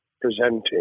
presenting